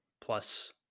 Plus